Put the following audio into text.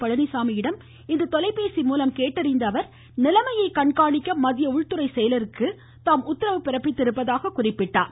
பழனிசாமியிடம் இன்று தொலைபேசி மூலம் கேட்டறிந்த அவர் நிலைமையை கண்காணிக்க மத்திய உள்துறை செயலருக்கு தாம் உத்தரவிட்டுள்ளதாகவும் கூறினார்